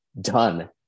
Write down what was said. done